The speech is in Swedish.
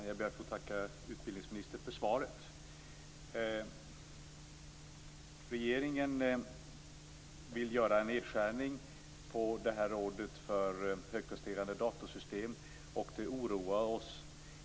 Herr talman! Jag ber att få tacka utbildningsministern för svaret. Regeringen vill göra en nedskärning på Rådet för högpresterande datorsystem, och det oroar oss.